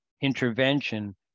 intervention